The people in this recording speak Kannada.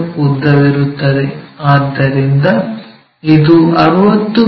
ಉದ್ದವಿರುತ್ತದೆ ಆದ್ದರಿಂದ ಇದು 60 ಮಿ